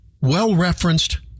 well-referenced